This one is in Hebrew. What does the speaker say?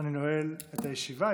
אני נועל את הישיבה.